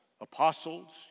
Apostles